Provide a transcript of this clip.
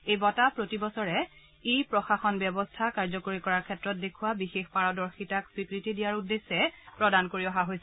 এই বঁটা প্ৰতিবছৰে ই প্ৰশাসন ব্যৱস্থা কাৰ্য্যকৰী কৰাৰ ক্ষেত্ৰত দেখুওৱা বিশেষ পাৰদৰ্শিতাক স্বীকৃতি দিয়াৰ উদ্দেশ্যে প্ৰদান কৰি অহা হৈছে